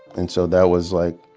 and so that was like,